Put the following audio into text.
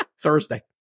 Thursday